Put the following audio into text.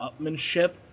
upmanship